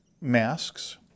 masks